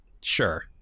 sure